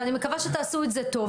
ואני מקווה שתעשו את זה טוב,